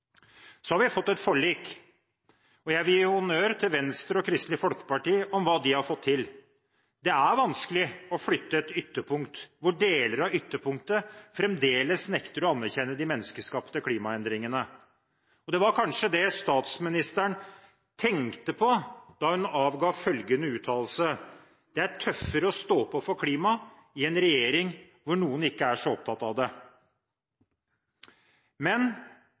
Så har vi fått et forlik. Jeg vil gi honnør til Venstre og Kristelig Folkeparti for det de har fått til. Det er vanskelig å flytte et ytterpunkt, hvor deler av ytterpunktet fremdeles nekter å anerkjenne de menneskeskapte klimaendringene. Det var kanskje det statsministeren tenkte på da hun avga følgende uttalelse: Det er tøffere å stå på for klimaet i en regjering hvor noen ikke er så opptatt av det. Men